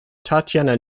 tatiana